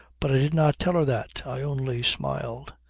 but i did not tell her that. i only smiled.